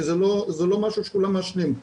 כי לא כולם מעשנים.